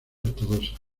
ortodoxa